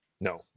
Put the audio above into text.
No